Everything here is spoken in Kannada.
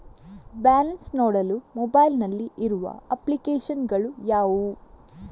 ಬ್ಯಾಲೆನ್ಸ್ ನೋಡಲು ಮೊಬೈಲ್ ನಲ್ಲಿ ಇರುವ ಅಪ್ಲಿಕೇಶನ್ ಗಳು ಯಾವುವು?